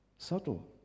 Subtle